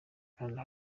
kanda